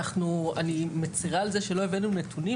אני מצרה על זה שלא הבאנו נתונים,